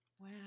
Wow